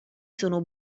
sono